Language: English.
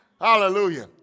Hallelujah